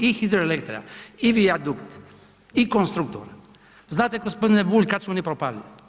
I Hidroelektra i Vijadukt i Konstruktor, znate g. Bulj, kad su oni propali?